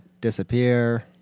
disappear